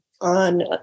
on